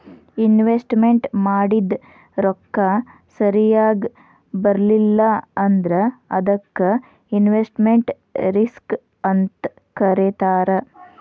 investment ಮಾಡಿದ್ ರೊಕ್ಕ ಸರಿಯಾಗ್ ಬರ್ಲಿಲ್ಲಾ ಅಂದ್ರ ಅದಕ್ಕ ಇನ್ವೆಸ್ಟ್ಮೆಟ್ ರಿಸ್ಕ್ ಅಂತ್ ಕರೇತಾರ